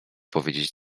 powiedzieć